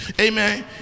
Amen